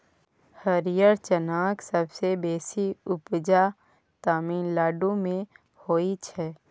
हरियर चनाक सबसँ बेसी उपजा तमिलनाडु मे होइ छै